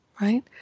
right